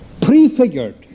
prefigured